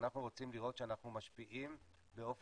אנחנו רוצים לראות שאנחנו משפיעים באופן